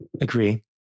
agree